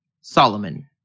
Solomon